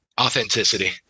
Authenticity